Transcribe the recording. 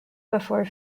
before